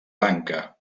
lanka